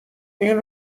این